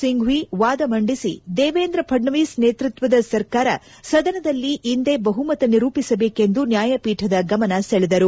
ಸಿಂಫ್ವಿ ವಾದ ಮಂಡಿಸಿ ದೇವೇಂದ್ರ ಫಡ್ನವೀಸ್ ನೇತೃತ್ವದ ಸರ್ಕಾರ ಸದನದಲ್ಲಿ ಇಂದೇ ಬಹುಮತ ನಿರೂಪಿಸಬೇಕೆಂದು ನ್ಕಾಯಪೀಠದ ಗಮನ ಸೆಳೆದರು